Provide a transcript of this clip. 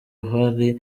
hari